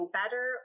better